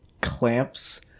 Clamps